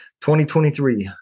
2023